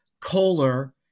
Kohler